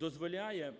дозволяє